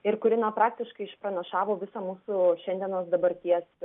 ir kuri na praktiškai išpranašavo visą mūsų šiandienos dabarties